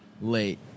Late